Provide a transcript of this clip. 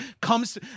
comes